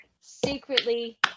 secretly